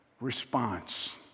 response